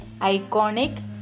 iconic